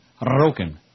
Roken